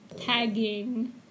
tagging